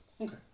Okay